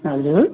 hello